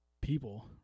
people